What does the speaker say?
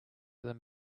them